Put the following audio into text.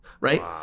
right